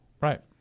Right